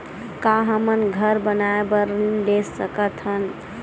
का हमन घर बनाए बार ऋण ले सकत हन?